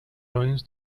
ruins